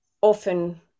often